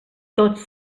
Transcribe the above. tots